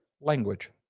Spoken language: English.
language